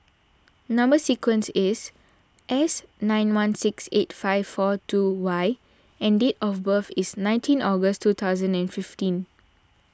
Number Sequence is S nine one six eight five four two Y and date of birth is nineteen August two thousand and fifteen